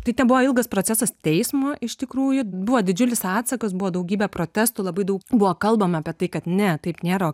tai ten buvo ilgas procesas teismo iš tikrųjų buvo didžiulis atsakas buvo daugybė protestų labai daug buvo kalbama apie tai kad ne taip nėra